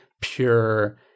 pure